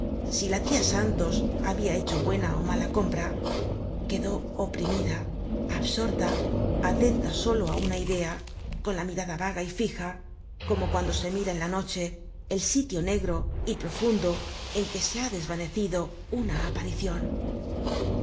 si la tia santos habia hecho buena ó mala compra quedó oprimida absorta atenta solo á una idea con la mirada vaga y fija como cuando se mira en la noche el sitio negro y profundo en que se ha desvanecido una aparicion